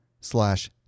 slash